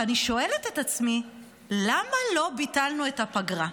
ואני שואלת את עצמי למה לא ביטלנו את הפגרה.